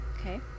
okay